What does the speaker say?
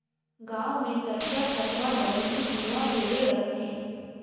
गांव मे तरिया, तलवा, डबरी, कुआँ ढेरे रथें